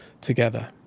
together